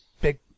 Big